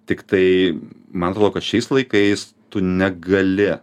tiktai man atrodo kad šiais laikais tu negali